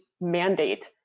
mandate